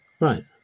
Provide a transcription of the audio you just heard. right